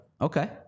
Okay